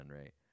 right